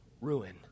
Ruin